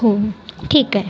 हो ठीक आहे